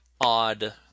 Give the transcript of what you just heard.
odd